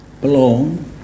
belong